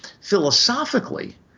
philosophically